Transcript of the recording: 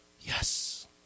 yes